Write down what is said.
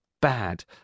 bad